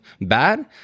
bad